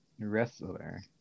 wrestler